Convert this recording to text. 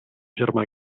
germà